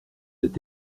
êtes